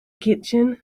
kitchen